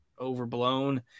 overblown